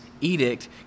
edict